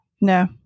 No